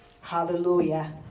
hallelujah